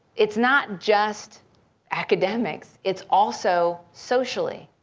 it's not just academics, it's also socially.